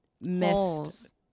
missed